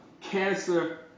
cancer